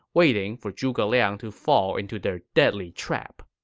waiting for zhuge liang to fall into their deadly trap